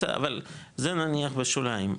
אבל זה נניח בשוליים,